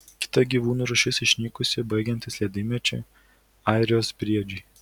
kita gyvūnų rūšis išnykusi baigiantis ledynmečiui airijos briedžiai